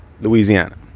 Louisiana